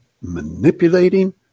manipulating